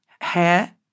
hair